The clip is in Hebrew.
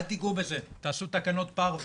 אל תגעו בזה, תעשו תקנות פרווה.